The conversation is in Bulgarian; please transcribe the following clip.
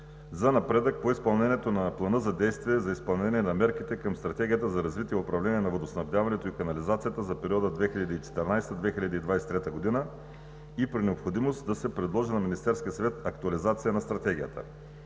за напредъка по изпълнението на Плана за действие за изпълнение на мерките към Стратегията за развитие и управление на водоснабдяването и канализацията за периода 2014 – 2023 г., и при необходимост да се предложи на Министерския съвет актуализация на Стратегията.